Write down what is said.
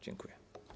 Dziękuję.